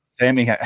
Sammy